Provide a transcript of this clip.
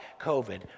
covid